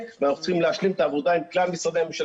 ואנחנו צריכים להשלים את העבודה עם כלל משרדי הממשלה.